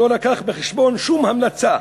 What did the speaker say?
שלא הביא בחשבון שום המלצה,